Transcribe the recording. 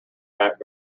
back